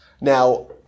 Now